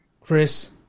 Chris